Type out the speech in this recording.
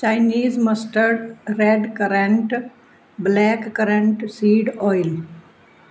Chinese mustard red current black current seed oil